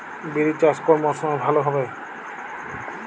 বিরি চাষ কোন মরশুমে ভালো হবে?